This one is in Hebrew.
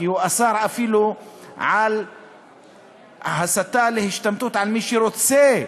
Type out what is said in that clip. כי הוא אסר אפילו על הסתה להשתמטות של מי שרוצה להתנדב,